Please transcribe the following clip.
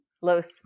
Los